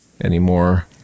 anymore